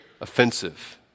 offensive